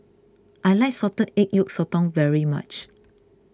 I like Salted Egg Yolk Sotong very much